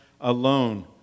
alone